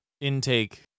intake